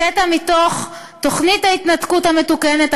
קטע מתוך תוכנית ההתנתקות המתוקנת,